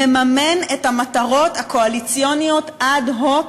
מממן את המטרות הקואליציוניות אד-הוק